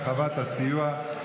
הרחבת הסיוע).